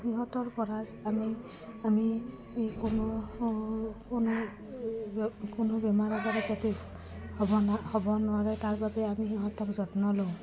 সিহঁতৰপৰা আমি আমি কোনো কোনো কোনো বেমাৰ আজাৰত যাতে হ'ব হ'ব নোৱাৰে তাৰ বাবে আমি সিহঁতক যত্ন লওঁ